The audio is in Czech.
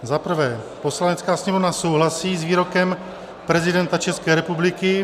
Za prvé, Poslanecká sněmovna souhlasí s výrokem prezidenta České republiky...